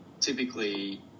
Typically